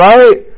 Right